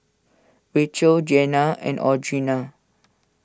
Rachael Jeanna and Audrina